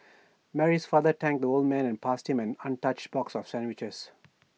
Mary's father thanked the old man and passed him an untouched box of sandwiches